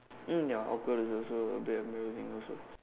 mm ya awkward is also a bit of embarrassing also